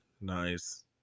Nice